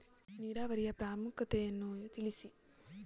ನೀರಾವರಿಯ ಪ್ರಾಮುಖ್ಯತೆ ಯನ್ನು ತಿಳಿಸಿ?